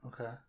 Okay